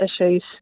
issues